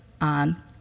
on